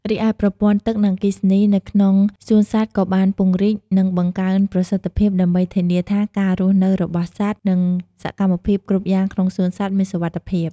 រីឯប្រព័ន្ធទឹក និងអគ្គិសនីនៅក្នុងសួនសត្វក៏បានពង្រីក និងបង្កើនប្រសិទ្ធភាព ដើម្បីធានាថាការរស់នៅរបស់សត្វ និងសកម្មភាពគ្រប់យ៉ាងក្នុងសួនសត្វមានសុវត្ថិភាព។